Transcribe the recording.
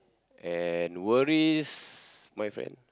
and worries my friend